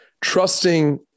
trusting